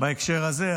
בהקשר הזה,